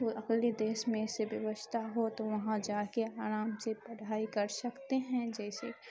تو اگلے دیس میں سے ویوستھا ہو تو وہاں جا کے آرام سے پڑھائی کر سکتے ہیں جیسے